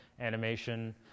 animation